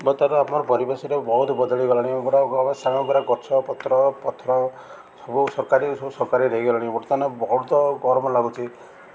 ବର୍ତ୍ତମାନ ଆମର ପରିବେଶରେ ବହୁତ ବଦଳିଗଲାଣି ଗଛ ପତ୍ର ପଥର ସବୁ ସରକାରୀ ସବୁ ସରକାରୀ ହେଇଗଲାଣି ବର୍ତ୍ତମାନ ବହୁତ ଗରମ ଲାଗୁଛି